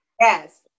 Yes